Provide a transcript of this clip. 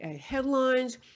headlines